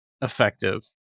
effective